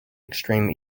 extreme